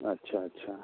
अच्छा अच्छा